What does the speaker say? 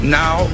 now